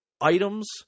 items